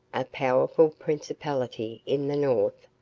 a powerful principality in the north,